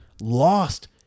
lost